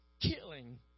killing